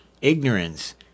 ignorance